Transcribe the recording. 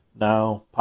now